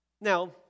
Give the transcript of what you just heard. Now